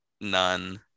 None